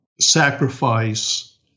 sacrifice